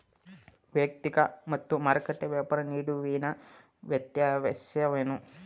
ವೈಯಕ್ತಿಕ ಮತ್ತು ಮಾರುಕಟ್ಟೆ ವ್ಯಾಪಾರ ನಡುವಿನ ವ್ಯತ್ಯಾಸವೇನು?